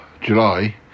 July